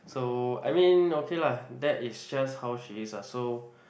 so I mean okay lah that is just how she is ah so